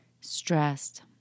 stressed